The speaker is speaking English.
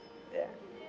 ya